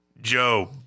Joe